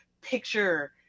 picture